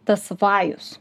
tas vajus